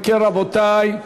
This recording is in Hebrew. אם כן, רבותי,